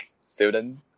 student